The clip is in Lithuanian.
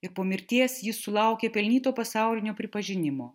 ir po mirties jis sulaukė pelnyto pasaulinio pripažinimo